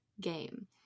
game